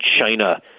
China